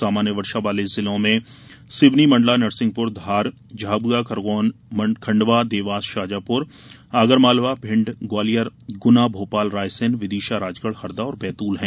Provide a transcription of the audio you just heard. सामान्य वर्षा वाले जिले सिवनी मण्डला नरसिंहपूर धार झाबुआ खरगोन खण्डवा देवास शाजापुर आगर मालवा भिण्ड ग्वालियर गुना भोपाल रायसेन विदिशा राजगढ़ हरदा और बैतूल हैं